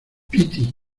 piti